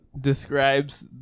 describes